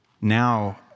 Now